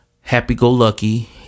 Happy-go-lucky